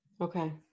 Okay